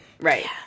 Right